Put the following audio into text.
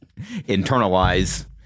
internalize